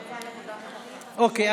אוקיי.